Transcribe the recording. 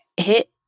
hit